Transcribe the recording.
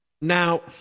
Now